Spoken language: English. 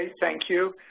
and thank you.